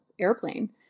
airplane